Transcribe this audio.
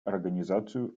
организацию